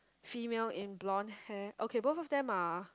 female in blonde hair okay both of them are